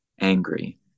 angry